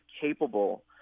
capable